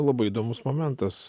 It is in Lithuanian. labai įdomus momentas